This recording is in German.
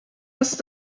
ist